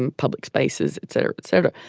and public spaces etc. etc.